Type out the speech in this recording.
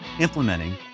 implementing